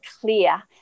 clear